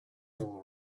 all